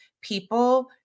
people